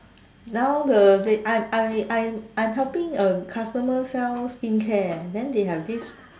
now the I'm I'm I'm I'm helping a customer sell skincare then they have this